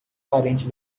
parente